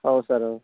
ହଉ ସାର୍ ହଉ